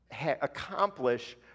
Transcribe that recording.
accomplish